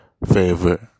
favorite